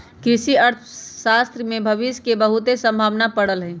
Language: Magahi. कृषि अर्थशास्त्र में भविश के बहुते संभावना पड़ल हइ